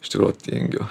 iš tikrųjų tingiu